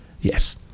yes